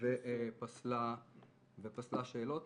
ופסלה שאלות.